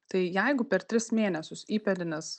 tai jeigu per tris mėnesius įpėdinis